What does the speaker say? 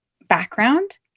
background